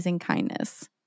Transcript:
kindness